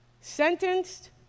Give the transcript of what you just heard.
sentenced